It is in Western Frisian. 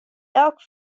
elk